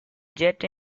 jet